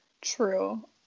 True